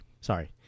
sorry